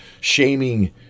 Shaming